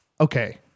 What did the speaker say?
Okay